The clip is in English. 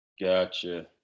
Gotcha